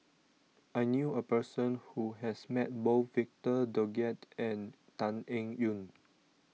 I knew a person who has met both Victor Doggett and Tan Eng Yoon